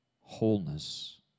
wholeness